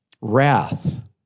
wrath